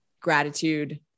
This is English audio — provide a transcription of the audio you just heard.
gratitude